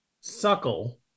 Suckle